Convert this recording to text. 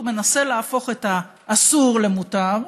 הוא מנסה להפוך את האסור למותר.